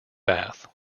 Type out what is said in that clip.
bath